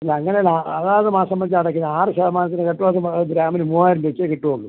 അങ്ങനെയല്ല അതാത് മാസം വെച്ചാണ് അടക്കുന്നത് ആറ് ശതമാനത്തിന് കിട്ടും അത് ഗ്രാമിന് മുവ്വായിരം രൂപ വെച്ചേ കിട്ടുള്ളൂ